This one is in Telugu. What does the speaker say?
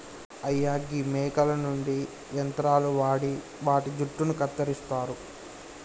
అయ్యా గీ మేకల నుండి యంత్రాలు వాడి వాటి జుట్టును కత్తిరిస్తారు